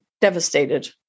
devastated